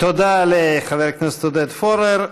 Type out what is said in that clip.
תודה לחבר הכנסת עודד פורר.